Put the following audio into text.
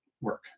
work